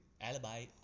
alibi